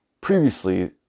previously